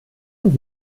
und